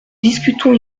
discutons